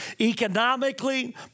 economically